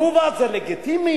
"תנובה" זה לגיטימי,